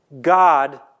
God